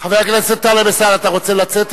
חבר הכנסת טלב אלסאנע, אתה רוצה לצאת?